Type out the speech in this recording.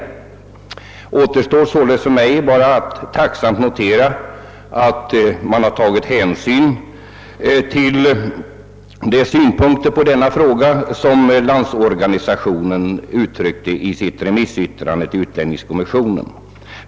För mig återstår således bara att tacksamt notera att man har tagit hänsyn till de synpunkter på detta problem som Landsorganisationen uttryckte i sitt remissyttrande till utlänningskommissionen.